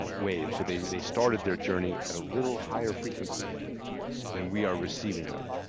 and waves. so they they started their journey at a little higher frequency than we are receiving them.